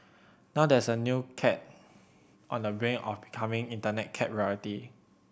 now there is a new cat on the brink of becoming Internet cat royalty